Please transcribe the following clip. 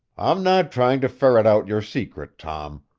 i'm not trying to ferret out your secret, tom.